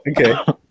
Okay